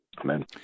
Amen